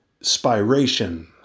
spiration